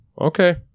okay